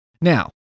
Now